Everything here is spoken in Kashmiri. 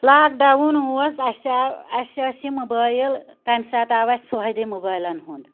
لاک ڈَوُن اوس اسہِ آو اسہِ ٲسۍ یِم موبٲیِل تَمہِ ساتہٕ آو اسہِ فٲیدٔے موبایلَن ہنٛد